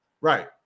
Right